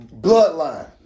Bloodline